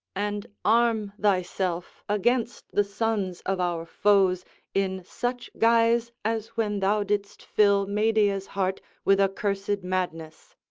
and arm thyself against the sons of our foes in such guise as when thou didst fill medea's heart with accursed madness.